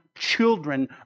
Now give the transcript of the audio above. children